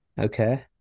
Okay